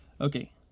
okay